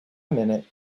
minute